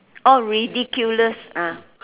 oh ridiculous ah